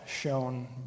shown